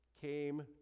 came